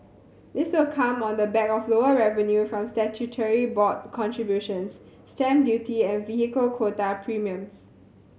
this will come on the back of lower revenue from statutory board contributions stamp duty and vehicle quota premiums